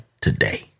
today